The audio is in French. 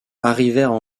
arrivèrent